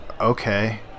okay